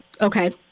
Okay